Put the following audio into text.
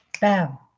Bam